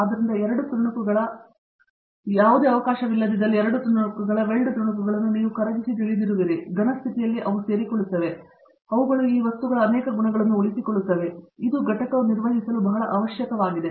ಆದ್ದರಿಂದ 2 ತುಣುಕುಗಳ ಯಾವುದೇ ಅವಕಾಶವಿಲ್ಲದಿದ್ದಲ್ಲಿ ವೆಲ್ಡ್ ತುಣುಕುಗಳನ್ನು ನೀವು ಕರಗಿಸಿ ತಿಳಿದಿರುವಿರಿ ಮತ್ತು ಘನ ಸ್ಥಿತಿಯಲ್ಲಿ ಅವು ಸೇರಿಕೊಳ್ಳುತ್ತವೆ ಮತ್ತು ಅವುಗಳು ಈ ವಸ್ತುಗಳ ಅನೇಕ ಗುಣಗಳನ್ನು ಉಳಿಸಿಕೊಳ್ಳುತ್ತವೆ ಇದು ಘಟಕವು ನಿರ್ವಹಿಸಲು ಬಹಳ ಅವಶ್ಯಕವಾಗಿದೆ